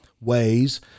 ways